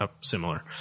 similar